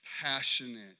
passionate